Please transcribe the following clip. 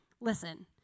listen